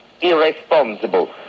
irresponsible